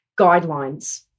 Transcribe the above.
guidelines